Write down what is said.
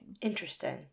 Interesting